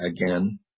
again